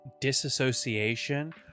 disassociation